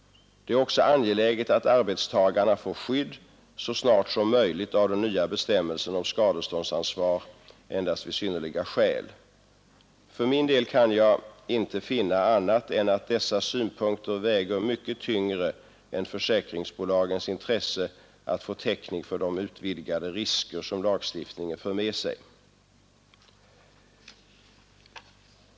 Det är också angeläget att arbetstagarna får skydd så snart som möjligt av de nya bestämmelserna om skadeståndsansvar endast vid synnerliga skäl. Jag kan inte finna annat än att dessa synpunkter väger mycket tyngre än försäkringsbolagens intresse att få täckning för de utvidgade risker som lagstiftningen för med sig.